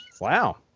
Wow